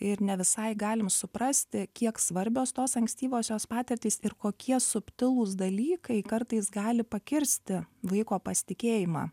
ir ne visai galim suprasti kiek svarbios tos ankstyvosios patirtys ir kokie subtilūs dalykai kartais gali pakirsti vaiko pasitikėjimą